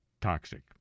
toxic